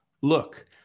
Look